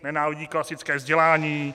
Nenávidí klasické vzdělání.